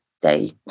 day